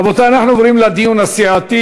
רבותי, אנחנו עוברים לדיון הסיעתי.